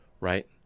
right